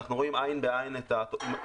אנחנו רואים עין בעין את הפרטים,